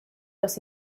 los